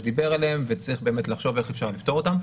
דיבר עליהם וצריך לחשוב איך אפשר לפתור אותן.